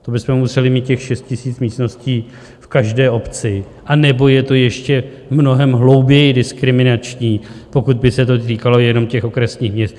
To bychom museli mít těch 6 000 místností v každé obci, anebo je to ještě mnohem hlouběji diskriminační, pokud by se to týkalo jenom okresních měst.